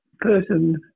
person